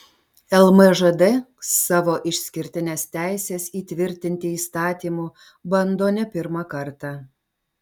lmžd savo išskirtines teises įtvirtinti įstatymu bando ne pirmą kartą